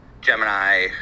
gemini